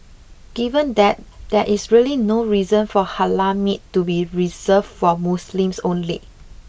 given that there is really no reason for Halal meat to be reserved for Muslims only